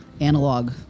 analog